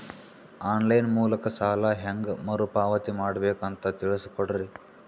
On line ಮೂಲಕ ಸಾಲ ಹೇಂಗ ಮರುಪಾವತಿ ಮಾಡಬೇಕು ಅಂತ ತಿಳಿಸ ಕೊಡರಿ?